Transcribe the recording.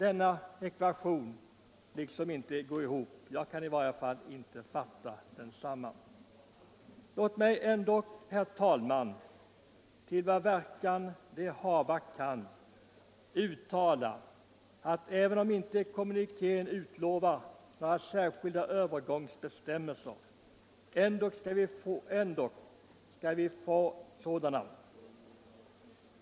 Ekvationen går inte ihop — jag kan i varje fall inte fatta den. Låt mig ändå, herr talman, till vad verkan det hava kan, uttala förhoppningen att vi skall få särskilda övergångsbestämmelser, även om kommunikén inte utlovar några sådana.